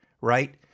right